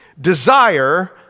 Desire